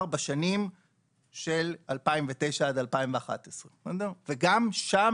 כלומר בשנים של 2009 עד 2011. גם שם